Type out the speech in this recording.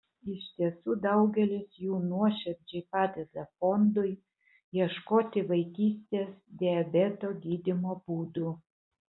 iš tiesų daugelis jų nuoširdžiai padeda fondui ieškoti vaikystės diabeto gydymo būdų